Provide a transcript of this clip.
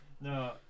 No